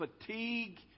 fatigue